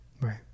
Right